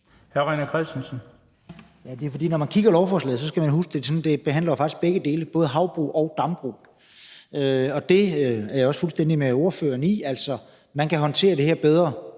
René Christensen (DF): Når man kigger i lovforslaget, skal man huske, at det faktisk omhandler både havbrug og dambrug, og jeg er også fuldstændig enig med ordføreren i, at man kan håndtere det her bedre,